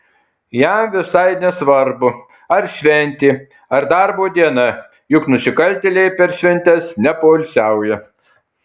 jam visai nesvarbu ar šventė ar darbo diena juk nusikaltėliai per šventes nepoilsiauja